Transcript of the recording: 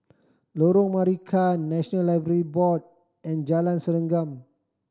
Lorong Marican National Library Board and Jalan Serengam